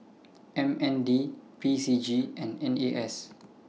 M N D P C G and N A S